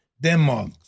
Denmark